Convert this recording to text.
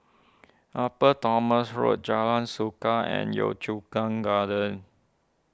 Upper Thomson Road Jalan Suka and Yio Chu Kang Gardens